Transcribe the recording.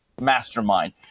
mastermind